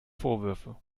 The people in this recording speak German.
vorwürfe